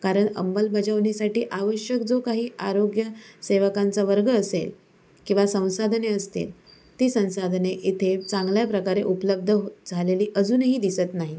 कारण अंमलबजावणीसाठी आवश्यक जो काही आरोग्य सेवकांचा वर्ग असेल किंवा संसाधने असतील ती संसाधने येथे चांगल्या प्रकारे उपलब्ध हो झालेली अजूनही दिसत नाहीत